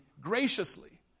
graciously